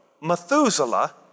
Methuselah